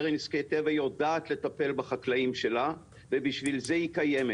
קרן נזקי טבע יודעת לטפל בחקלאים שלה ובשביל זה היא קיימת,